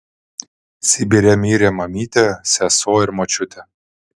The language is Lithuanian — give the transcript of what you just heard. sibire mirė mamytė sesuo ir močiutė